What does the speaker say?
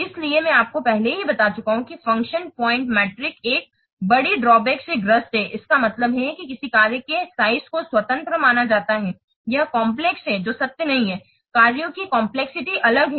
इसलिए मैं आपको पहले ही बता चुका हूं कि फंक्शन प्वाइंट मीट्रिक एक बड़ी ड्राबैक से ग्रस्त है इसका मतलब है किसी कार्य के साइज को स्वतंत्र माना जाता है यह काम्प्लेक्स है जो सत्य नहीं है कार्यों की कम्प्लेक्सिटी अलग है